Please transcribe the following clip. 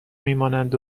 میمانند